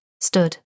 stood